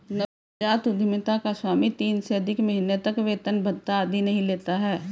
नवजात उधमिता का स्वामी तीन से अधिक महीने तक वेतन भत्ता आदि नहीं लेता है